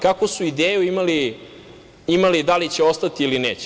Kakvu su ideju imali da li će ostati ili neće?